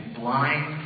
blind